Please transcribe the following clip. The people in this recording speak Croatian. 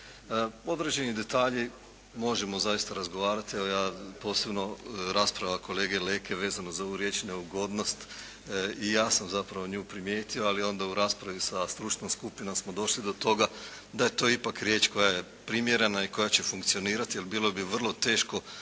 Određeni detalji možemo zaista razgovarati, ali posebno rasprava kolege Leke vezano za ovu riječ: "neugodnost" i ja sam zapravo nju primijetio, ali onda u raspravi sa stručnom skupinom smo došli do toga da je to ipak riječ koja je primjerena i koja će funkcionirati, jer bilo bi vrlo teško